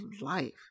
life